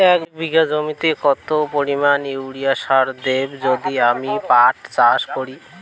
এক বিঘা জমিতে কত পরিমান ইউরিয়া সার দেব যদি আমি পাট চাষ করি?